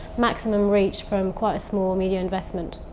maximum reach from quite a small media investment.